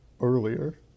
earlier